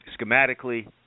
schematically